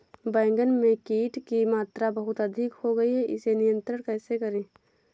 बैगन में कीट की मात्रा बहुत अधिक हो गई है इसे नियंत्रण कैसे करें?